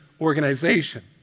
organization